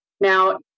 now